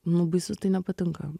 nu baisu tai nepatinka